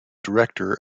director